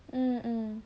mm